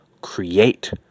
create